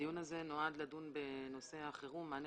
שהדיון הזה נועד לדון בנושא החירום מענה